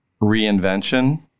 reinvention